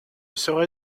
serai